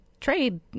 trade